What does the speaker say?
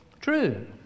true